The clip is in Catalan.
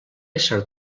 ésser